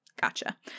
Gotcha